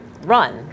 run